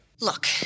Look